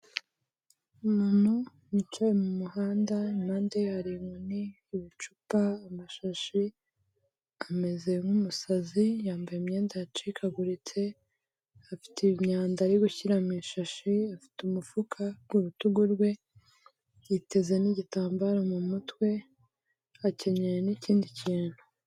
Umuntu wicaye mu muhanda, impande ye hari inkoni, ibicupa, amashashi, ameze nk'umusazi yambaye imyenda yacikaguritse, afite imyanda ari gushyira mu ishashi, afite umufuka ku rutugu rwe, yiteze n'igitambaro mu mutwe, akenyeye n'ikindi kintu.